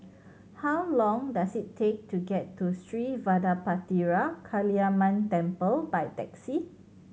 how long does it take to get to Sri Vadapathira Kaliamman Temple by taxi